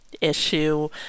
issue